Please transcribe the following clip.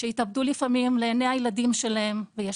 שהתאבדו לפעמים לעיני הילדים שלהם ויש